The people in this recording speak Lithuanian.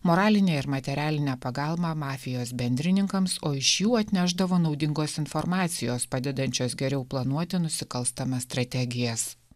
moralinę ir materialinę pagalbą mafijos bendrininkams o iš jų atnešdavo naudingos informacijos padedančios geriau planuoti nusikalstamas strategijas